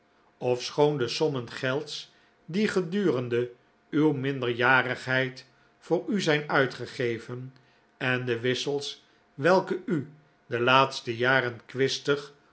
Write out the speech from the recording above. ofschoon de sommen gelds die gedurende uw minderjarigheid voor u zijn uitgeg even en de wissels welke u de laatste jaren kwistig